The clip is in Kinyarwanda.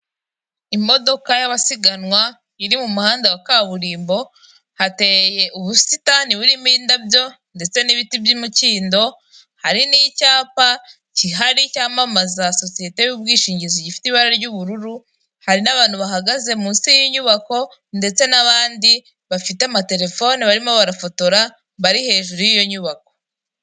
Imodoka y'abasiganwa iri mu muhanda wa kaburimbo, hateye ubusitani burimo indabyo, ndetse n'ibiti by'imikindo, hari n'icyapa kihari cyamamaza sosiyete y'ubwishingizi gifite ibara ry'ubururu, hari n'abantu bahagaze munsi y'inyubako, ndetse n'abandi bafite amatelefone barimo barafotora, bari hejuru y'iyo nyubako.